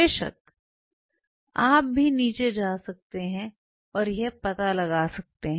बेशक आप भी नीचे जा सकते हैं और यह पता लगा सकते हैं